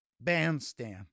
bandstand